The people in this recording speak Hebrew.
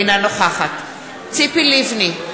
אינה נוכחת ציפי לבני,